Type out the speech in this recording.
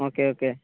okay okay